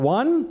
one